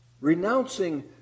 renouncing